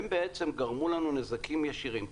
הם בעצם גרמו לנו נזקים ישירים.